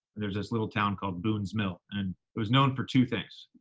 there's this little town called boones mill. and it was known for two things.